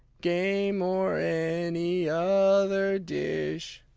game, or any other dish?